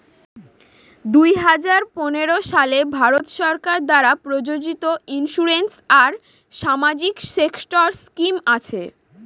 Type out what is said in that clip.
দুই হাজার পনেরো সালে ভারত সরকার দ্বারা প্রযোজিত ইন্সুরেন্স আর সামাজিক সেক্টর স্কিম আছে